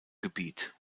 gebiet